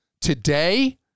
Today